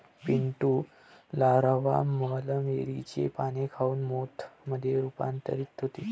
Pintu larva मलबेरीचे पाने खाऊन मोथ मध्ये रूपांतरित होते